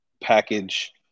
package